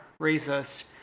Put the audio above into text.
racist